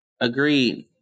Agreed